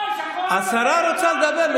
השרה רוצה לדבר.